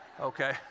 Okay